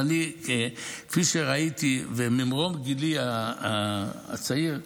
וכפי שראיתי ממרום גילי הצעיר,